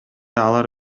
алар